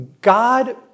God